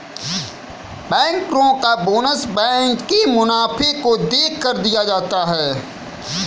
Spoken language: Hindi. बैंकरो का बोनस बैंक के मुनाफे को देखकर दिया जाता है